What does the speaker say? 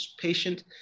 patient